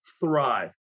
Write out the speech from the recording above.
thrive